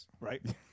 Right